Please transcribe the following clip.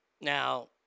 Now